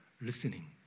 Listening